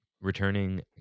Returning